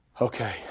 okay